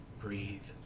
breathe